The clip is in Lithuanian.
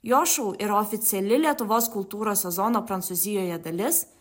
jo šou yra oficiali lietuvos kultūros sezono prancūzijoje dalis